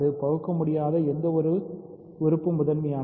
பகுக்கமுடியாத எந்த உறுப்பு முதன்மையானது